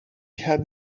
had